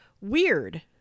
Weird